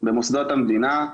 במוסדות המדינה,